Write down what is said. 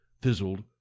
fizzled